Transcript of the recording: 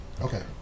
Okay